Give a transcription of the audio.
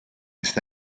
está